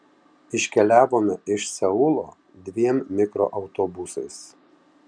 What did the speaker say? iškeliavome iš seulo dviem mikroautobusais